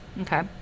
Okay